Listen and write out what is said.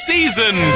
Season